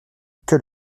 que